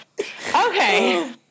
Okay